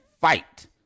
fight